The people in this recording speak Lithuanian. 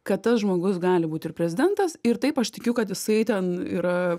kad tas žmogus gali būti ir prezidentas ir taip aš tikiu kad jisai ten yra